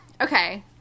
okay